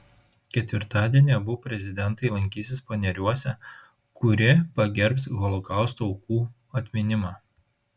ketvirtadienį abu prezidentai lankysis paneriuose kuri pagerbs holokausto aukų atminimą